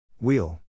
Wheel